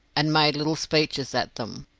and made little speeches at them.